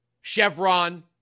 Chevron